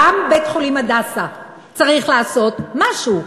גם בית-החולים "הדסה" צריך לעשות משהו,